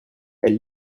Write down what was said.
elles